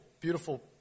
beautiful